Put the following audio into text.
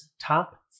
Top